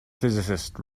physicist